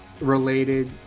related